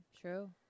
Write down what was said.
true